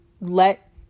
let